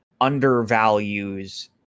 undervalues